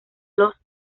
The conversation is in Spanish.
los